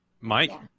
mike